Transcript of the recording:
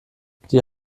die